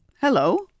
Hello